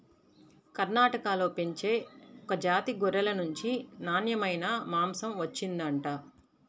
కర్ణాటకలో పెంచే ఒక జాతి గొర్రెల నుంచి నాన్నెమైన మాంసం వచ్చిండంట